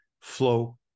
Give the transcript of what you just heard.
flow